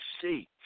see